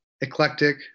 eclectic